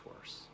worse